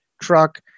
truck